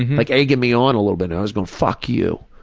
like egging me on a little bit. and i was going, fuck you!